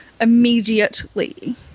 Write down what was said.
Immediately